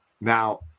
now